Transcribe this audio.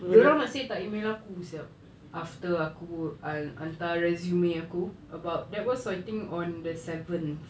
dia orang masih tak email aku sia after aku hantar resume aku about that was I think on the seventh